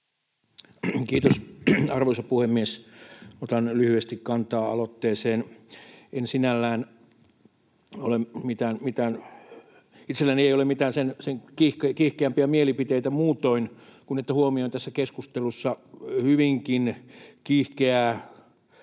Kiitos, arvoisa puhemies! Otan lyhyesti kantaa aloitteeseen. Itselläni ei sinällään ole mitään sen kiihkeämpiä mielipiteitä muutoin kuin se, että huomioin tässä keskustelussa hyvinkin kiihkeää